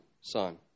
son